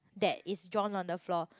that is drawn on the floor